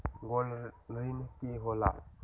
Gold ऋण की होला?